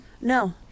No